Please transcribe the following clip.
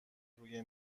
روی